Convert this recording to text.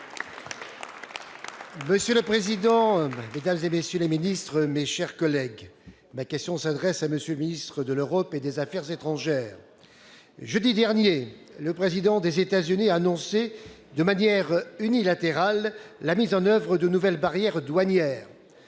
Monsieur le président, mesdames, messieurs les ministres, mes chers collègues, ma question s'adresse à M. le ministre de l'Europe et des affaires étrangères. Jeudi dernier, le président des États-Unis a annoncé, de manière unilatérale, la mise en oeuvre de nouvelles barrières douanières.